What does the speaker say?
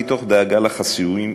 מתוך דאגה לחסויים,